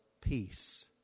Peace